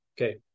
Okay